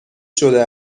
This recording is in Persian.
شده